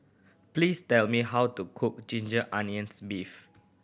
please tell me how to cook ginger onions beef